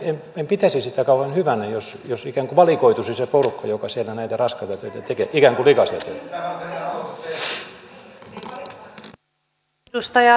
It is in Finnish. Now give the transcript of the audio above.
en pitäisi sitä kauhean hyvänä jos valikoituisi se porukka joka siellä näitä raskaita töitä tekee ikään kuin likaista työtä